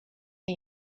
can